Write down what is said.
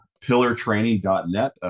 pillartraining.net